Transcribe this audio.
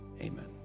Amen